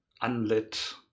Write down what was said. unlit